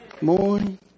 Morning